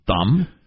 thumb